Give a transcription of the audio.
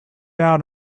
out